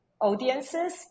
audiences